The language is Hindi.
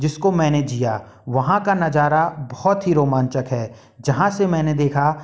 जिसको मैंने जिया वहाँ का नजारा बहुत ही रोमांचक है जहाँ से मैंने देखा